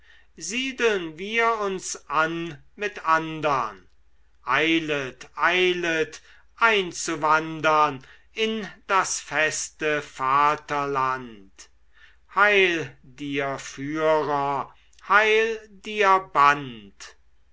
siedeln wir uns an mit andern eilet eilet einzuwandern in das feste vaterland heil dir führer heil dir band